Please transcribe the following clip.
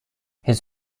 his